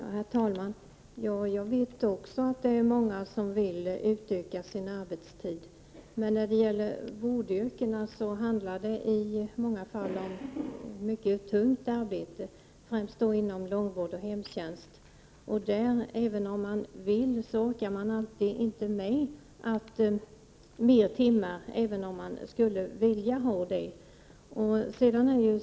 Herr talman! Jag vet också att det är många som vill utöka sin arbetstid. Men när det gäller vårdyrkena handlar det i många fall om mycket tungt arbete, främst inom långvård och hemtjänst. Man orkar inte alltid med fler timmar, även om man skulle vilja ha det.